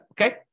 Okay